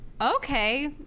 okay